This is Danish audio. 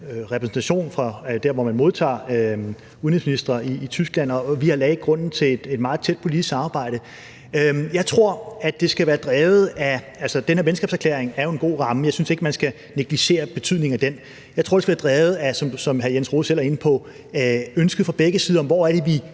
repræsentation, der, hvor man modtager udenrigsministre i Tyskland, og vi lagde grunden til en meget tæt politisk samarbejde. Altså, den her venskabserklæring er jo en god ramme; jeg synes ikke, at man skal negligere betydningen af den. Jeg tror, det skal være drevet af, som hr. Jens Rohde selv er inde på, ønsket fra begge sider om at se på,